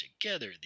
together